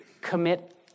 commit